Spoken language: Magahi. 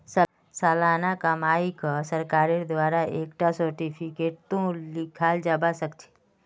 सालाना कमाईक सरकारेर द्वारा एक टा सार्टिफिकेटतों लिखाल जावा सखछे